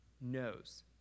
knows